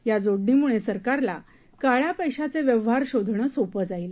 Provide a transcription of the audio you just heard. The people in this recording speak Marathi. या जोडणीमुळे सरकारला काळया पैशाचे व्यवहार शोधणं सोप होईल